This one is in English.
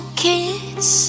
kids